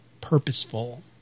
purposeful